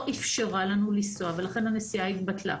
אפשרה לנו לנסוע ולכן הנסיעה התבטלה.